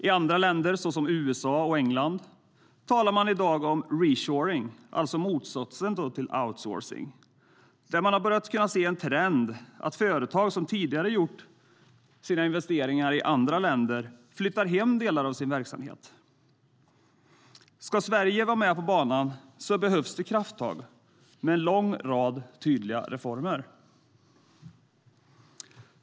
I andra länder, såsom USA och England, talar man i dag om reshoring - alltså motsatsen till outsourcing - där man ser en trend att företag som tidigare gjort sina investeringar i andra länder flyttar hem delar av sin verksamhet. Ska Sverige vara med på banan behövs krafttag med en lång rad tydliga reformer.